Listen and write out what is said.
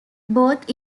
both